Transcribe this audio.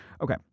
Okay